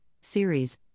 series